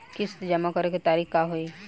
किस्त जमा करे के तारीख का होई?